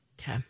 Okay